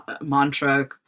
mantra